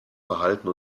verhalten